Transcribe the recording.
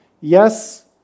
Yes